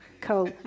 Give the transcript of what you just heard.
Cool